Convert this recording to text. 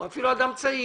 או אפילו אדם צעיר,